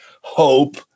hope